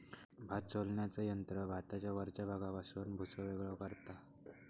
भात सोलण्याचा यंत्र भाताच्या वरच्या भागापासून भुसो वेगळो करता